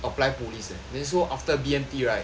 apply police eh then so after B_M_T right